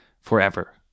forever